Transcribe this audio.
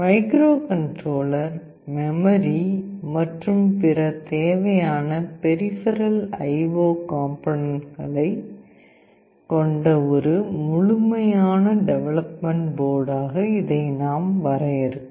microcontroller memory மற்றும் பிற தேவையான பெரிபெரல் இன்புட் மற்றும் அவுட்புட் காம்போனேன்ன்ட்களைக் Peripheral IO components கொண்ட ஒரு முழுமையான டெவலப்மன்ட் போர்டாக இதை நாம் வரையறுக்கலாம்